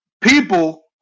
people